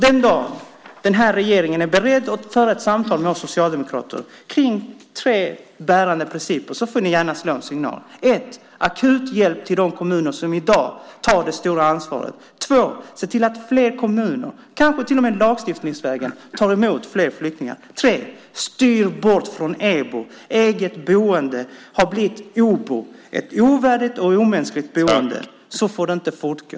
Den dag regeringen är beredd att föra ett samtal med oss socialdemokrater kring tre bärande principer får ni gärna slå en signal. Den första är: Ge akut hjälp till de kommuner som i dag tar det stora ansvaret! Den andra är: Se till att fler kommuner tar emot fler flyktingar, kanske lagstiftningsvägen! Den tredje är: Styr bort från EBO! Eget boende har blivit OBO - ett ovärdigt och omänskligt boende. Så får det inte fortgå.